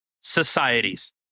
societies